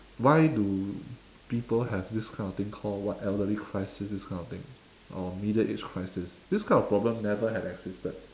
why do people have this kind of thing called what elderly crisis this kind of thing or middle age crisis these kind of problems never had existed